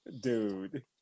Dude